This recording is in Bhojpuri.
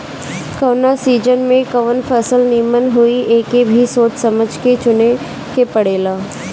कवना सीजन में कवन फसल निमन होई एके भी सोच समझ के चुने के पड़ेला